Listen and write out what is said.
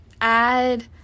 Add